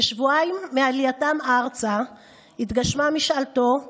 כשבועיים מעלייתם ארצה התגשמה משאלתו ונולדתי.